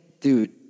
Dude